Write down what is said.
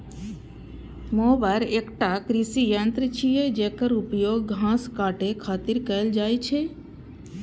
mower एकटा कृषि यंत्र छियै, जेकर उपयोग घास काटै खातिर कैल जाइ छै